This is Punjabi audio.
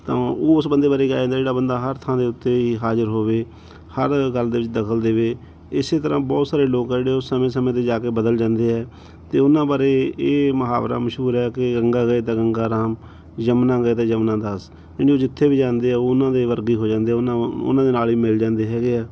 ਤਾਂ ਉਸ ਬੰਦੇ ਬਾਰੇ ਕਿਹਾ ਜਾਂਦਾ ਜਿਹੜਾ ਬੰਦਾ ਹਰ ਥਾਂ ਦੇ ਉੱਤੇ ਹਾਜ਼ਰ ਹੋਵੇ ਹਰ ਗੱਲ ਦੇ ਵਿੱਚ ਦਖਲ ਦੇਵੇ ਇਸ ਤਰ੍ਹਾਂ ਬਹੁਤ ਸਾਰੇ ਲੋਕ ਹੈ ਜਿਹੜੇ ਉਸ ਸਮੇਂ ਸਮੇਂ 'ਤੇ ਜਾ ਕੇ ਬਦਲ ਜਾਂਦੇ ਹੈ ਅਤੇ ਉਹਨਾਂ ਬਾਰੇ ਇਹ ਮੁਹਾਵਰਾ ਮਸ਼ਹੂਰ ਹੈ ਕਿ ਗੰਗਾ ਗਏ ਦਾ ਗੰਗਾ ਰਾਮ ਯਮੁਨਾ ਦਾ ਯਮੁਨਾ ਦਾਸ ਯਾਨੀ ਉਹ ਜਿੱਥੇ ਵੀ ਜਾਂਦੇ ਹੈ ਉਹਨਾਂ ਦੇ ਵਰਗੇ ਹੀ ਹੋ ਜਾਂਦੇ ਹੈ ਉਹਨਾਂ ਦੇ ਨਾਲ ਹੀ ਮਿਲ ਜਾਂਦੇ ਹੈਗੇ ਹੈ